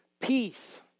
peace